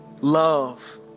love